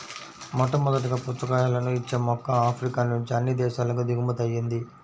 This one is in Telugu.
మొట్టమొదటగా పుచ్చకాయలను ఇచ్చే మొక్క ఆఫ్రికా నుంచి అన్ని దేశాలకు దిగుమతి అయ్యింది